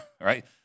right